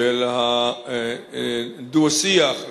של הדו-שיח,